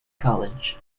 college